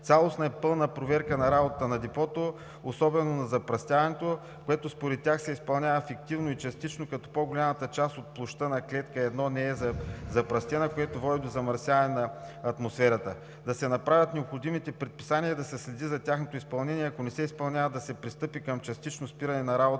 цялостна и пълна проверка на работата на депото, особено на запръстяването, което според тях се изпълнява фиктивно и частично, като по-голямата част от площадка на клетка 1 не е запръстена, което води до замърсяване на атмосферата; да се направят необходимите предписания и да се следи за тяхното изпълнение и ако не се изпълняват, да се пристъпи към частично спиране на работата